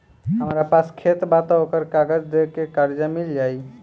हमरा पास खेत बा त ओकर कागज दे के कर्जा मिल जाई?